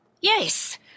yes